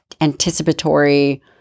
anticipatory